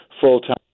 full-time